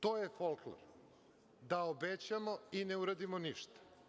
To je folklor, da obećamo i ne uradimo ništa.